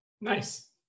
Nice